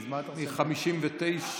אז מה אתה רוצה שאני אאחל?